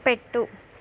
పెట్టు